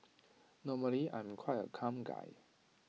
normally I'm quite A calm guy